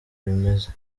bimeze